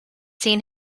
seen